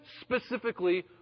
specifically